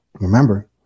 Remember